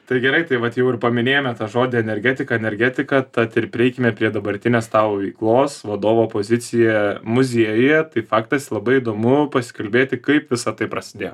tai gerai tai vat jau ir paminėjome tą žodį energetika energetika tad ir prieikime prie dabartinės tavo veiklos vadovo pozicija muziejuje tai faktas labai įdomu pasikalbėti kaip visa tai prasidėjo